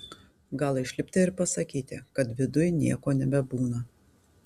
gal išlipti ir pasakyti kad viduj nieko nebebūna